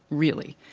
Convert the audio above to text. really?